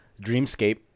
Dreamscape